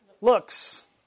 looks